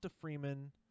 Freeman